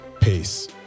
Peace